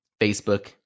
Facebook